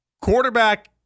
quarterback